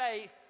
faith